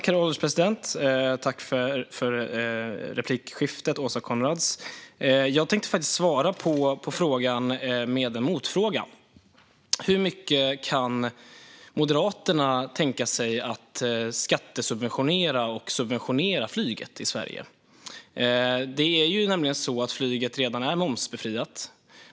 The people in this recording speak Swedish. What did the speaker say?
Herr ålderspresident! Tack, Åsa Coenraads, för replikskiftet! Jag tänkte svara på frågan med en motfråga: Hur mycket kan Moderaterna tänka sig att skattesubventionera flyget i Sverige? Flyget är redan momsbefriat.